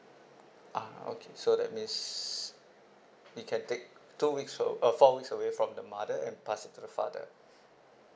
ah okay so that means you can take two weeks of orh four weeks away from the mother and pass it to father